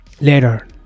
Later